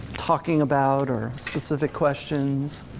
talking about or specific questions?